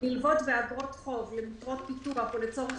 (מילוות ואגרות חוב למטרות פיתוח ולצורך